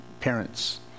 parents